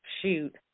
shoot